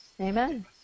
Amen